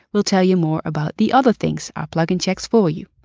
we'll tell you more about the other things our plugin checks for you.